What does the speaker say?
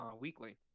weekly